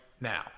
now